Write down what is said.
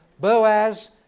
Boaz